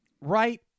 right